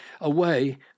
away